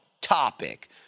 topic